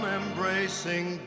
embracing